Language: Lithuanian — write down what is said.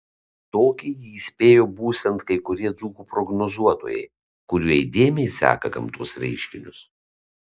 tokį jį įspėjo būsiant kai kurie dzūkų prognozuotojai kurie įdėmiai seka gamtos reiškinius